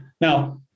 Now